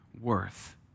worth